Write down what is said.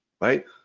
right